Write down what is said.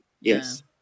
Yes